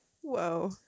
Whoa